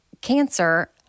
cancer